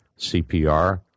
CPR